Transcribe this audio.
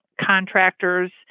contractors